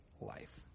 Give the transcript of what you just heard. life